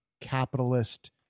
capitalist